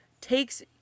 takes